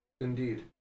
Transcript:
Indeed